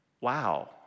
wow